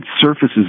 surfaces